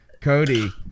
Cody